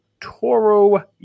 Toro